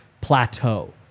plateau